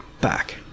back